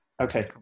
Okay